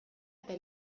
eta